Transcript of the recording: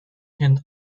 can